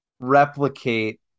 replicate